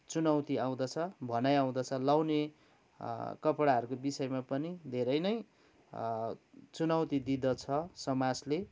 चुनौती आउँदछ भनाइ आउँदछ लाउने कपडाहरूको विषयहरूमा पनि धेरै नै चुनौती दिँदछ समासले